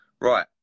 Right